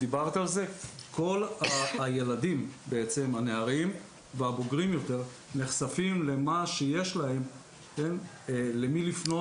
כל הנערים והבוגרים יותר נחשפים למה שיש להם ולמי לפנות.